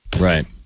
Right